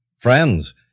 Friends